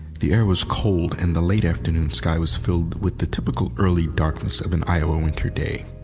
the air was cold and the late afternoon sky was filled with the typical early darkness of an iowa winter day.